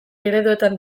ereduetan